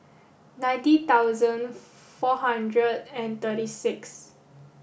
ninety thousand four hundred and thirty six